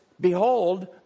behold